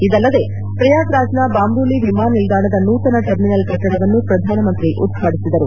ಇದಲ್ಲದೆ ಪ್ರಯಾಗ್ರಾಜ್ನ ಬಾಮ್ರೂಲಿ ವಿಮಾನ ನಿಲ್ದಾಣದ ನೂತನ ಟರ್ಮಿನಲ್ ಕಟ್ಟಡವನ್ನು ಪ್ರಧಾನಮಂತ್ರಿ ಉದ್ಘಾಟಿಸಿದರು